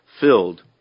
filled